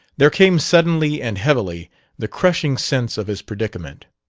there came suddenly and heavily the crushing sense of his predicament.